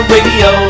Radio